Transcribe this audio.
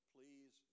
Please